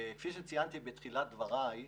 כפי שציינתי בתחילת דבריי,